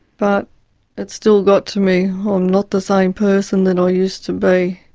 but it still got to me. i'm not the same person that i used to be.